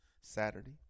Saturday